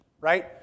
right